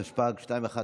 התשפ"ג 2023,